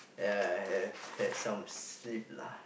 yeah have had some sleep lah